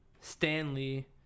Stanley